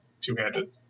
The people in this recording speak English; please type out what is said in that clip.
two-handed